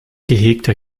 gehegter